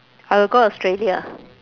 I will go australia